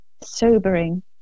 sobering